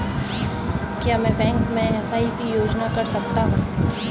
क्या मैं बैंक में एस.आई.पी योजना कर सकता हूँ?